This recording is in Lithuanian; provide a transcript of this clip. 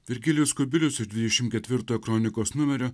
virgilijus kubilius dvidešim ketvirtojo kronikos numerio